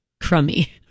crummy